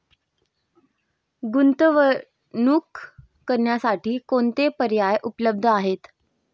गुंतवणूक करण्यासाठी कोणते पर्याय उपलब्ध आहेत?